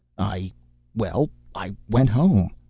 i well, i went home.